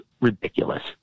ridiculous